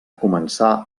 començà